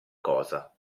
cosa